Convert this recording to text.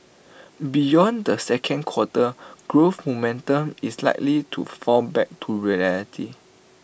beyond the second quarter growth momentum is likely to fall back to reality